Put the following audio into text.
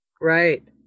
Right